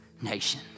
nation